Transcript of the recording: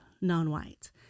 non-white